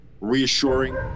reassuring